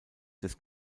des